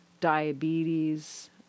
diabetes